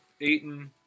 Aiton